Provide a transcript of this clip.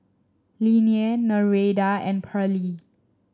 Linnea Nereida and Pearle